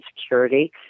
security